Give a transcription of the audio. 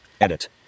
Edit